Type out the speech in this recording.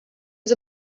was